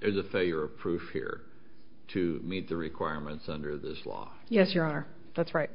there's a failure proof here to meet the requirements under this law yes your honor that's right